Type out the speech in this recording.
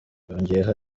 yongeyeho